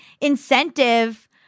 incentive